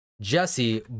Jesse